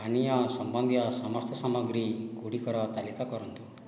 ପାନୀୟ ସମ୍ବନ୍ଧୀୟ ସମସ୍ତ ସାମଗ୍ରୀ ଗୁଡ଼ିକର ତାଲିକା କରନ୍ତୁ